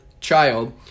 child